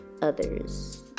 others